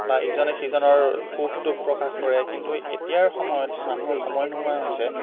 বা ইজনে সিজনৰ সুখ দুখ প্ৰকাশ কৰে কিন্তু এতিয়াৰ সময়ত মানুহৰ সময় নোহোৱা হৈছে